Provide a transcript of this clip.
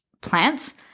plants